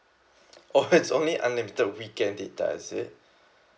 oh it's only limited weekend data is it